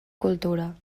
cultura